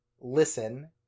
listen